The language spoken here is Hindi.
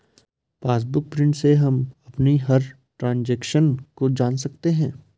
पासबुक प्रिंट से हम अपनी हर ट्रांजेक्शन को जान सकते है